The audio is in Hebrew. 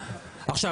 עכשיו,